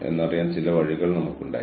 എന്താണ് അവർ നിയോഗിക്കേണ്ടത്